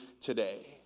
today